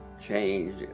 change